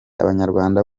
abanyarwanda